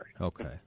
Okay